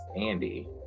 Andy